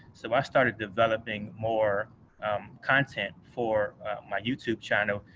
so, i started developing more content for my youtube channel.